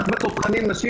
וכך גם בתותחנים נשים